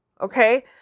Okay